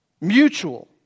Mutual